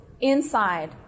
inside